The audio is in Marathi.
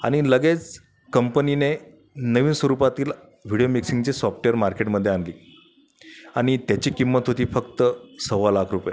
आणि लगेच कंपनीने नवीन स्वरूपातील व्हिडीओ मिक्सिंगचे सॉफ्टवेअर मार्केटमध्ये आणली आणि त्याची किंमत होती फक्त सव्वा लाख रुपये